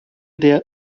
der